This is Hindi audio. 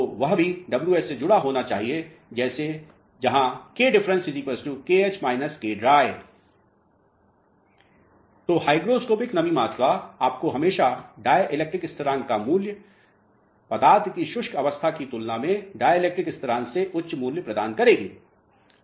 तो वह भी wh से जुड़ा होना चाहिए जहाँ kdiff तो हाइड्रोस्कोपिक नमी मात्रा आपको हमेशा डाई इलेक्ट्रिक स्थरांक का मूल्य पदार्थ की शुष्क अवस्था की तुलना में डाई इलेक्ट्रिक स्थरांक से उच्च मूल्य प्रदान करेगी